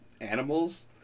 animals